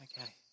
Okay